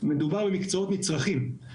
מדובר במקצועות נצרכים.